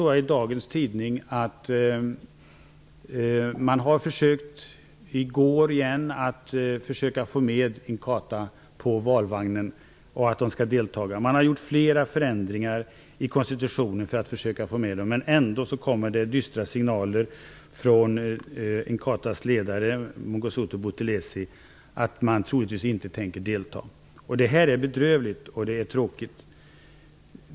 Jag såg i dagens tidning att man i går återigen försökt att få med Inkatha på valvagnen. Man har gjort flera förändringar i konstitutionen för att få med denna rörelse, men ändå kommer det dystra signaler från Inkathas ledare Mangosuthu Buthelezi, som går ut på att man troligtvis inte tänker delta. Detta är bedrövligt.